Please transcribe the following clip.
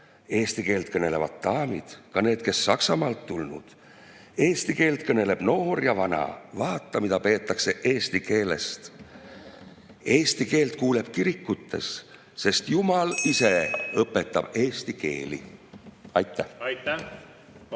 Eesti keelt kõnelevad daamid, ka need, kes Saksamaalt tulnud. Eesti keelt kõneleb noor ja vana, vaata, mida peetakse eesti keelest. Eesti keelt kuuleb kirikutes, sest Jumal ise õpetab eesti keeli. Aitäh!